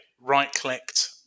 right-clicked